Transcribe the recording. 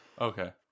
Okay